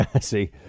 See